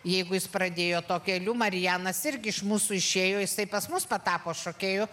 jeigu jis pradėjo tuo keliu marijanas irgi iš mūsų išėjo jisai pas mus patapo šokėju